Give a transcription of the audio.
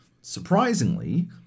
surprisingly